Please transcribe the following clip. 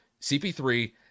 CP3